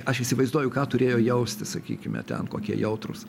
aš įsivaizduoju ką turėjo jausti sakykime ten kokie jautrūs